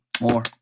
More